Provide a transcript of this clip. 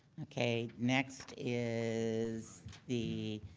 okay, next is the